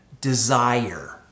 desire